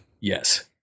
Yes